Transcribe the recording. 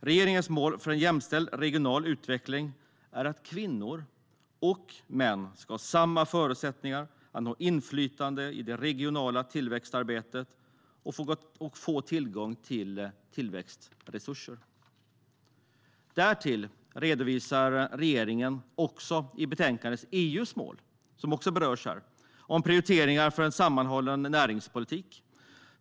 Regeringens mål för en jämställd regional utveckling är att kvinnor och män ska ha samma förutsättningar att nå inflytande i det regionala tillväxtarbetet och få tillgång till tillväxtresurser. Därtill redovisar regeringen i betänkandet EU:s mål och prioriteringar för en sammanhållen näringspolitik.